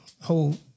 whole